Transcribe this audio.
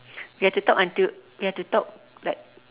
you have to talk until you have to talk like